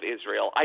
Israel